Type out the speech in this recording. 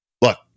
look